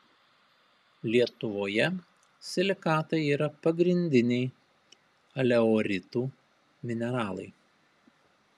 lietuvoje silikatai yra pagrindiniai aleuritų mineralai